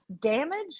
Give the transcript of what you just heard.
Damage